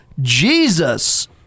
Jesus